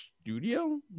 studio